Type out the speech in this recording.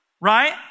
right